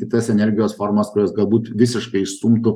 kitas energijos formas kurios galbūt visiškai išstumtų